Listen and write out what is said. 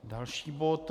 Další bod.